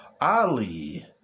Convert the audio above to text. Ali